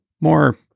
More